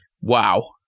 wow